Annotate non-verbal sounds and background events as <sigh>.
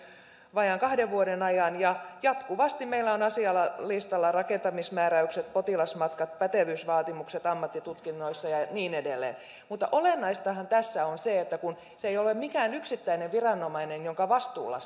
vajaan kahden vuoden ajan ja jatkuvasti meillä on asialistalla rakentamismääräykset potilasmatkat pätevyysvaatimukset ammattitutkinnoissa ja niin edelleen mutta olennaistahan tässä on se että näiden rajaesteiden purkaminen ja estäminen ei ole ole minkään yksittäisen viranomaisen vastuulla <unintelligible>